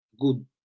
good